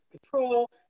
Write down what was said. control